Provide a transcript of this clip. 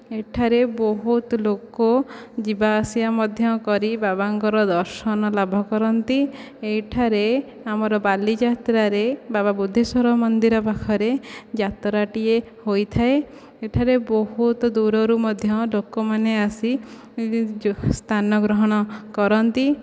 ଏଠାରେ ବହୁତ ଲୋକ ଯିବା ଆସିବା ମଧ୍ୟ କରି ବାବାଙ୍କର ଦର୍ଶନ ଲାଭ କରନ୍ତି ଏଇଠାରେ ଆମର ବାଲି ଯାତ୍ରାରେ ବାବା ବୁଦ୍ଧେଶ୍ୱର ମନ୍ଦିର ପାଖରେ ଯାତ୍ରାଟିଏ ହୋଇଥାଏ ଏଠାରେ ବହୁତ ଦୂରରୁ ମଧ୍ୟ ଲୋକମାନେ ଆସି ସ୍ଥାନ ଗ୍ରହଣ କରନ୍ତି